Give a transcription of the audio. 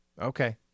Okay